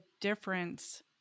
difference